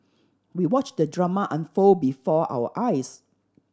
we watched the drama unfold before our eyes